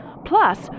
Plus